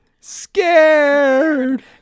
scared